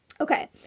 Okay